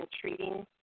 treating